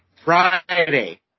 Friday